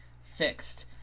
fixed